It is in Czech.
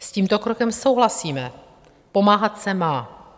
S tímto krokem souhlasíme, pomáhat se má.